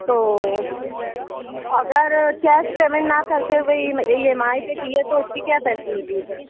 تو اگر cash payment نہ کرتے ہوئے ایم ای ایم آئی پہ کیے تو اس کی کیا فیسلٹیز ہیں